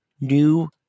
new